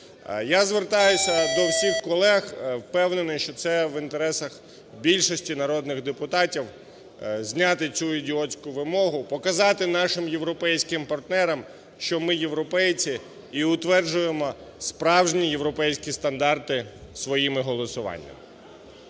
Я звертаюся до всіх колег, впевнений, що це в інтересах більшості народних депутатів - зняти цю ідіотську вимогу, показати нашим європейським партнерам, що ми європейці і утверджуємо справжні європейські стандарти своїми голосуваннями.